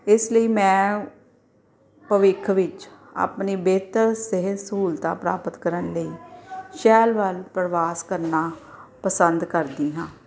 ਇਸ ਲਈ ਮੈਂ ਭਵਿੱਖ ਵਿੱਚ ਆਪਣੀ ਬਿਹਤਰ ਸਿਹਤ ਸਹੂਲਤਾਂ ਪ੍ਰਾਪਤ ਕਰਨ ਲਈ ਸ਼ਹਿਰ ਵੱਲ ਪ੍ਰਵਾਸ ਕਰਨਾ ਪਸੰਦ ਕਰਦੀ ਹਾਂ